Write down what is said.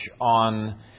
on